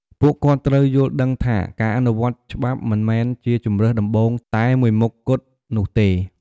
ពួកគាត់ត្រូវយល់ដឹងថា ការអនុវត្តច្បាប់មិនមែនជាជម្រើសដំបូងតែមួយមុខគត់នោះទេ។